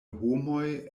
homoj